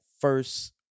first